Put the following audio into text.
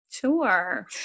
Sure